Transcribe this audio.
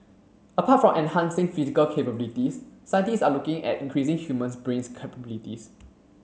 apart from enhancing physical capabilities scientists are looking at increasing human's brain capabilities